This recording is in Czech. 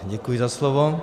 Děkuji za slovo.